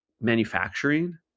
manufacturing